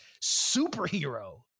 superhero